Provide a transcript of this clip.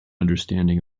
understanding